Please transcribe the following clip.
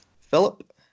Philip